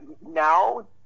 now